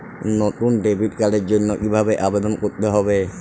নতুন ডেবিট কার্ডের জন্য কীভাবে আবেদন করতে হবে?